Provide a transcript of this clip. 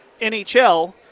NHL